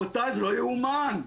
זה לא ייאמן.